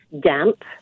damp